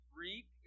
reap